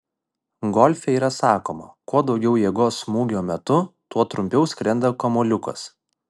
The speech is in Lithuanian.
golfe yra sakoma kuo daugiau jėgos smūgio metu tuo trumpiau skrenda kamuoliukas